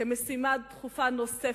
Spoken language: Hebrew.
כמשימה דחופה נוספת,